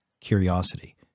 curiosity